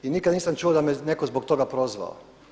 I nikada nisam čuo da me netko zbog toga prozvao.